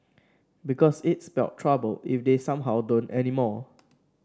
because it'd spell trouble if they somehow don't anymore